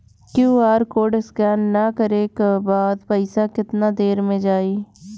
QR code scan न करे क बाद पइसा केतना देर म जाई?